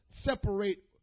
separate